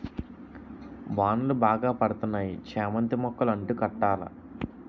వానలు బాగా పడతన్నాయి చామంతి మొక్కలు అంటు కట్టాల